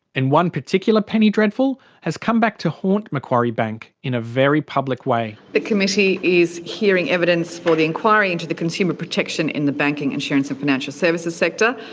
and one particular penny dreadful has come back to haunt macquarie bank in a very public way. the committee is hearing evidence for the inquiry into consumer protection in the banking, insurance and financial services sector.